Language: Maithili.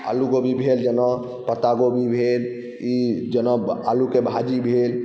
आलू कोबी भेल जेना पत्ता कोबी भेल जेना आलूके भाजी भेल